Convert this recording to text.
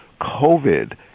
COVID